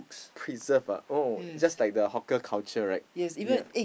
preserve lah oh just like the hawker culture right ya